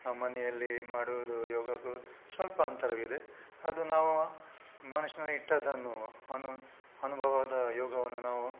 ನಾವು ಮನೆಯಲ್ಲಿ ಮಾಡುವುದು ಯೋಗಕ್ಕೂ ಸ್ವಲ್ಪ ಅಂತರವಿದೆ ಅದು ನಾವು ಮನಸಿನಲ್ಲಿಟ್ಟಿದ್ದನ್ನು ಅನು ಅನುಭವದ ಯೋಗವನ್ನು ನಾವು